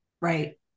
right